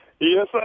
Yes